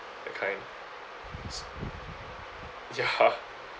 that kind s~ ya